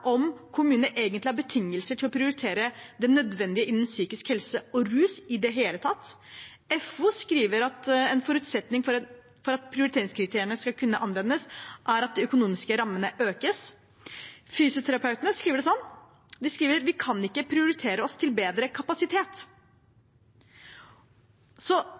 om kommunene egentlig har betingelser til å prioritere det nødvendige innen psykisk helse og rus i det hele tatt. Fellesorganisasjonen, FO, skriver at en forutsetning for at prioriteringskriteriene skal kunne anvendes, er at de økonomiske rammene økes. Fysioterapeutene skriver: «Vi kan ikke prioritere oss til bedre kapasitet.»